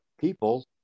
people